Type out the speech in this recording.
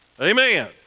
Amen